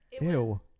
Ew